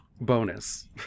Bonus